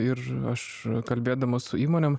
ir aš kalbėdamas su įmonėm